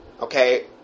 okay